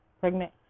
pregnant